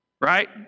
right